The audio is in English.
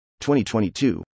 2022